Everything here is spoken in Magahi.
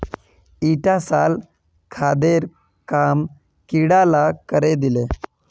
ईटा साल खादेर काम कीड़ा ला करे दिले